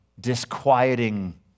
disquieting